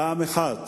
פעם אחת